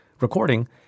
recording